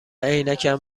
عینکم